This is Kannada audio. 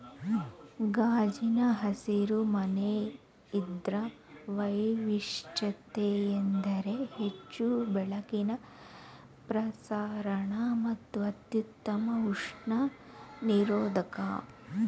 ಗಾಜಿನ ಹಸಿರು ಮನೆ ಇದ್ರ ವೈಶಿಷ್ಟ್ಯತೆಯೆಂದರೆ ಹೆಚ್ಚು ಬೆಳಕಿನ ಪ್ರಸರಣ ಮತ್ತು ಅತ್ಯುತ್ತಮ ಉಷ್ಣ ನಿರೋಧಕ